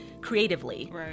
creatively